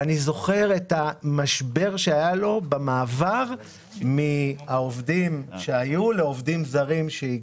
ואני זוכר את המשבר שהיה לו במעבר מהעובדים שהיו לעובדים זרים שהגיעו.